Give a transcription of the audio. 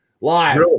Live